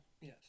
Yes